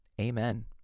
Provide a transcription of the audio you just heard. Amen